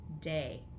day